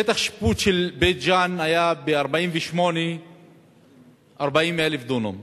שטח השיפוט של בית-ג'ן היה ב-1948 40,000 דונם,